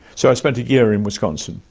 so i spent a year in wisconsin.